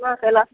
तोराके ऐलासँ